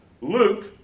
Luke